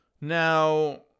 Now